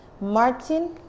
Martin